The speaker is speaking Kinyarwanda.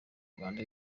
rwanda